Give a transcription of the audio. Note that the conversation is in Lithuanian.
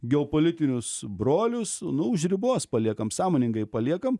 geopolitinius brolius nu už ribos paliekam sąmoningai paliekam